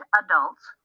adults